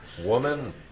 Woman